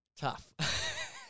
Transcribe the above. Tough